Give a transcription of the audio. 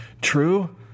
True